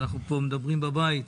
אנחנו מדברים פה בבית.